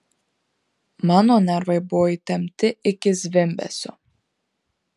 mano nervai buvo įtempti iki zvimbesio